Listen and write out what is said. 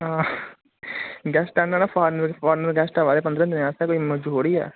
आं गेस्ट औने न फारन दे फारन दे गेस्ट आवा दे पंदरें दिनें आस्तै कोई मती होड़ी ऐ